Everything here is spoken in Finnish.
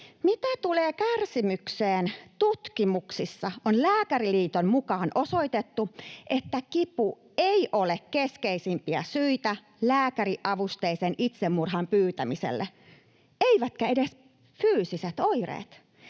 Mitä tulee kärsimykseen, tutkimuksissa on Lääkäriliiton mukaan osoitettu, että kipu ei ole keskeisimpiä syitä lääkäriavusteisen itsemurhan pyytämiselle eivätkä edes fyysiset oireet.